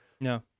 No